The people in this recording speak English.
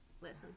Listen